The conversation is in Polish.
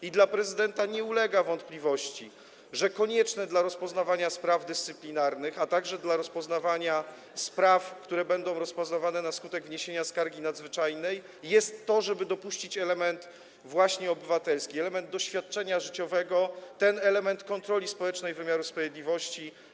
I dla prezydenta nie ulega wątpliwości, że konieczne dla rozpoznawania spraw dyscyplinarnych, a także dla rozpoznawania spraw, które będą rozpoznawane na skutek wniesienia skargi nadzwyczajnej, jest to, żeby dopuścić element właśnie obywatelski, element doświadczenia życiowego, ten element kontroli społecznej wymiaru sprawiedliwości.